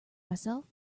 myself